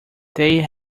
they